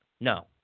No